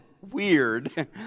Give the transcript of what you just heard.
weird